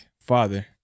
father